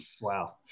Wow